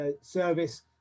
Service